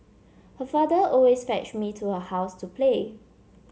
her father always fetched me to her house to play